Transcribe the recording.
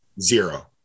zero